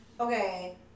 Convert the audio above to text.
Okay